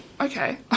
Okay